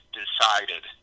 decided